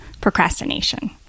procrastination